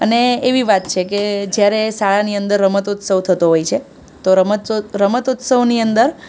અને એવી વાત છે કે જ્યારે શાળાની અંદર રમતોત્ત્સવ થતો હોય છે તો રમતોત્ત્સવની અંદર